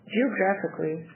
Geographically